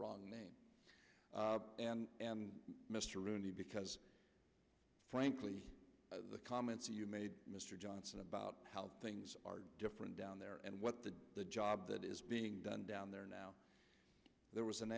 wrong name and mr rooney because frankly the comments you made mr johnson about how things are different down there and what the the job that is being done down there now there was an